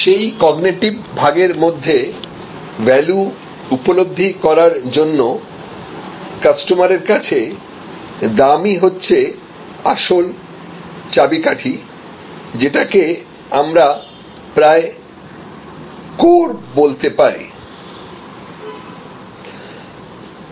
সেই কগনিটিভ ভাগের মধ্যে ভ্যালু উপলব্ধি করার জন্য কাস্টমারের কাছে দামই হচ্ছে আসল চাবিকাঠি যেটাকে আমরা প্রায় কোর বলতে পারি